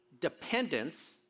dependence